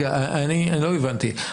אני לא הבנתי.